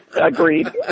Agreed